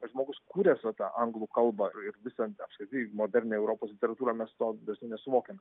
žmogus kūręs va tą anglų kalbą ir visą apskritai modernią europos literatūrą mes dažnai to nesuvokiam